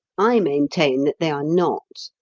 i maintain that they are not,